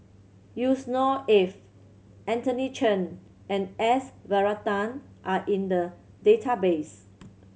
Yusnor Ef Anthony Chen and S Varathan are in the database